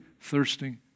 thirsting